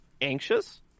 anxious